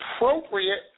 appropriate